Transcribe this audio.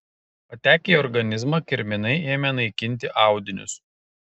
patekę į organizmą kirminai ėmė naikinti audinius